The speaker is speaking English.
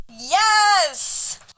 Yes